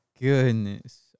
goodness